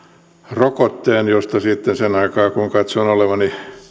rokotteen mistä lähtien sitten sen aikaa kun katsoin olevani